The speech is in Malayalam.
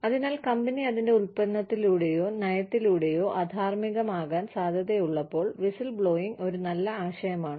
അതിനാൽ കമ്പനി അതിന്റെ ഉൽപ്പന്നത്തിലൂടെയോ നയത്തിലൂടെയോ അധാർമ്മികമാകാൻ സാധ്യതയുള്ളപ്പോൾ വിസിൽബ്ലോയിംഗ് ഒരു നല്ല ആശയമാണ്